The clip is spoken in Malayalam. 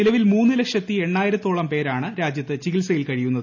നിലവിൽ മൂന്നു ലക്ഷത്തി എണ്ണായിരത്തോളം പേരാണ് രാജ്യത്ത് ചികിത്സയിൽ കഴിയുന്നത്